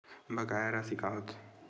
बकाया राशि का होथे?